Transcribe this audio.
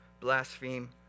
blaspheme